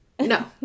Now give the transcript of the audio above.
no